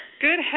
Good